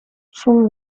from